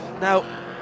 Now